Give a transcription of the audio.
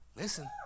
Listen